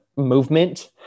movement